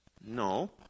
No